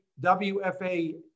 WFA